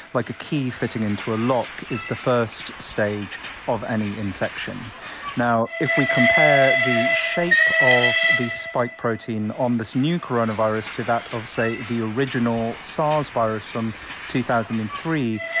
like a key fitting into a lock, is the first stage of any infection now, if we compare the shape of the spike protein on this new coronavirus to that of, say, the original sars virus from two thousand and three,